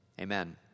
Amen